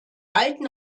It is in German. alten